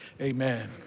amen